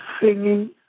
singing